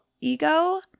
ego